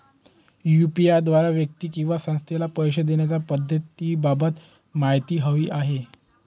UPI द्वारे व्यक्ती किंवा संस्थेला पैसे देण्याच्या पद्धतींबाबत माहिती हवी आहे